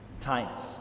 times